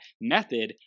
method